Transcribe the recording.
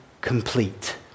complete